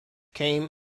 came